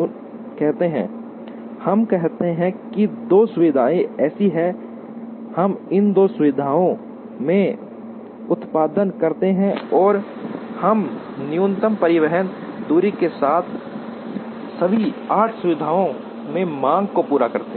कहते हैं हम कहते हैं कि 2 सुविधाएं ऐसी हैं हम इन दो सुविधाओं में उत्पादन करते हैं और हम न्यूनतम परिवहन दूरी के साथ सभी 8 सुविधाओं में मांग को पूरा करते हैं